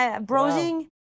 browsing